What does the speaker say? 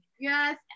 yes